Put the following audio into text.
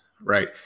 right